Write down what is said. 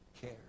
care